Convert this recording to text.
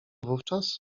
wówczas